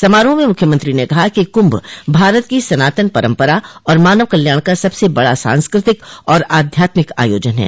समारोह में मुख्यमंत्री ने कहा कि कुम्भ भारत की सनातन परम्परा और मानव कल्याण का सबसे बड़ा सांस्कृतिक और आघ्यात्मिक आयोजन है